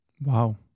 Wow